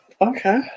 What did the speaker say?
Okay